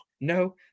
no